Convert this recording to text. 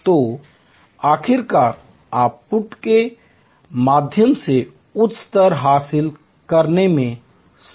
तो आखिरकार आप पुट के माध्यम से उच्च स्तर हासिल करने में सक्षम हैं